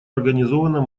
организовано